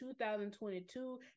2022